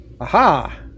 Aha